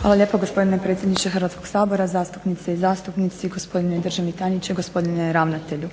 Hvala lijepa gospodine predsjedniče Hrvatskog sabora, zastupnice i zastupnici, gospodine državni tajniče, gospodine ravnatelju.